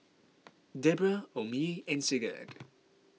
Debra Omie and Sigurd